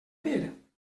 dir